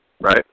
Right